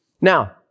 Now